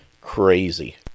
crazy